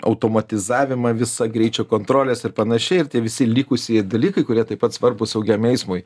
automatizavimą visą greičio kontrolės ir panašiai ir tie visi likusieji dalykai kurie taip pat svarbūs saugiam eismui